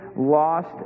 lost